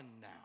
now